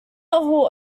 hall